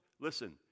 Listen